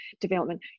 development